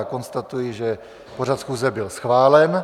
Konstatuji, že pořad schůze byl schválen.